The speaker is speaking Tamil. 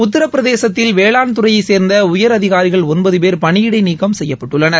உத்தரப் பிரதேசத்தில் வேளாண்துறையை சேர்ந்த உயரதிகாரிகள் ஒன்பது பேர் பணியிடை நீக்கம் செய்யப்பட்டுள்ளனர்